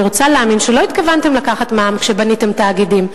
אני רוצה להאמין שלא התכוונתם לקחת מע"מ כשבניתם תאגידים.